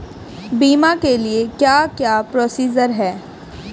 बीमा के लिए क्या क्या प्रोसीजर है?